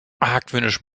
argwöhnisch